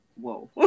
whoa